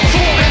Four